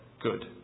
good